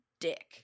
dick